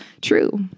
true